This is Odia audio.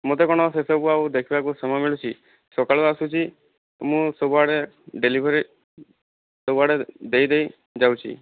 ମୋତେ କଣ ସେସବୁ ଆଉ ଦେଖିବାକୁ ସମୟ ମିଳୁଛି ସକାଳୁ ଆସୁଛି ମୁଁ ସବୁ ଆଡ଼େ ଡେଲିଭରି ସବୁ ଆଡ଼େ ଦେଇ ଦେଇ ଯାଉଛି